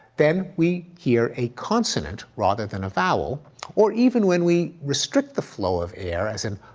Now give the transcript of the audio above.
then we hear a consonant rather than a vowel or even when we restrict the flow of air as in